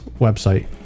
website